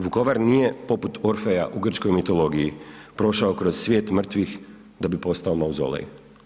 Vukovar nije poput Orfeja u grčkoj mitologiji prošao kroz svijet mrtvih da bi postao mauzolej.